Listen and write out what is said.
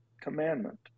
commandment